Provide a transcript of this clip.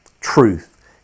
truth